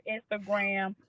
Instagram